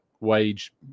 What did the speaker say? wage